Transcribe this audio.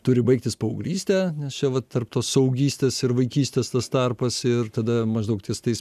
turi baigtis paauglystė nes čia va tarp tos suaugystės ir vaikystės tas tarpas ir tada maždaug ties tais